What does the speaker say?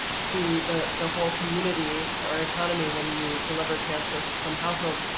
to the the whole community or economy when you deliver transfers to some households,